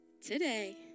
today